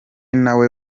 nawe